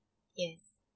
yeah